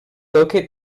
locate